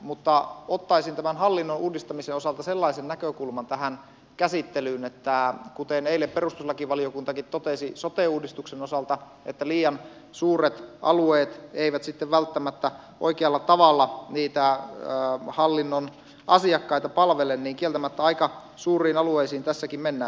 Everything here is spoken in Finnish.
mutta ottaisin tämän hallinnon uudistamisen osalta sellaisen näkökulman tähän käsittelyyn että kuten eilen perustuslakivaliokuntakin totesi sote uudistuksen osalta että liian suuret alueet eivät sitten välttämättä oikealla tavalla niitä hallinnon asiakkaita palvele niin kieltämättä aika suuriin alueisiin tässäkin mennään